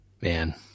Man